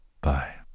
Bye